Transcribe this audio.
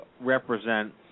represent